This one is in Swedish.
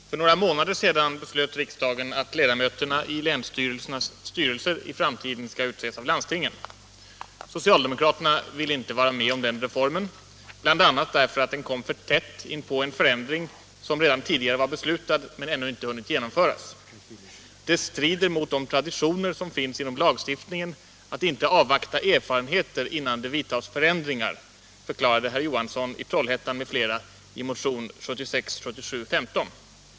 Herr talman! För några månader sedan beslöt riksdagen att ledamöterna i länsstyrelsernas styrelser i framtiden skall utses av landstingen. Socialdemokraterna ville inte vara med om den reformen, bl.a. därför att den kom för tätt inpå en förändring, som redan tidigare var beslutad men ännu inte hunnit genomföras. ”Det strider mot de traditioner som finns inom lagstiftningen att inte avvakta erfarenheter innan det vidtas förändringar”, förklarade herr Johansson i Trollhättan m.fl. i motion 1976/77:15.